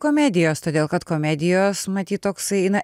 komedijos todėl kad komedijos matyt toksai na